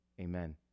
amen